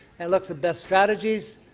and looks at best strategies.